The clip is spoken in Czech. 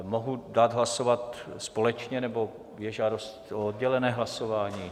Mohu dát hlasovat společně, nebo je žádost o oddělené hlasování?